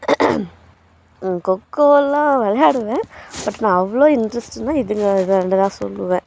கொக்கோயெலாம் விளையாடுவேன் பட் நான் அவ்வளோ இன்ட்ரெஸ்ட்டுனால் இதில் தான் இது ரெண்டை தான் சொல்லுவேன்